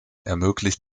ermöglicht